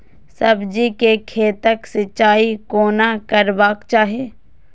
सब्जी के खेतक सिंचाई कोना करबाक चाहि?